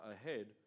ahead